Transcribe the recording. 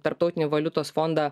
tarptautinį valiutos fondą